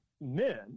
men